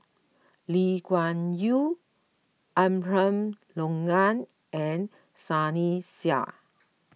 Lee Kuan Yew Abraham Logan and Sunny Sia